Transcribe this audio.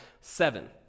Seven